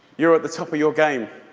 you're at the top of your game.